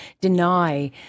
deny